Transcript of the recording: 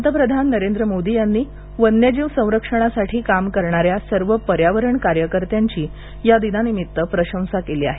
पंतप्रधान नरेंद्र मोदी यांनी वन्यजीव संरक्षणासाठी काम करणाऱ्या सर्व पर्यावरण कार्यकर्त्यांची या दिनानिमित्त प्रशंसा केली आहे